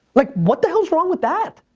like, what the hell's wrong with that?